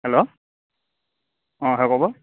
hello অ হয় ক'ব